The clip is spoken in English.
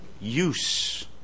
use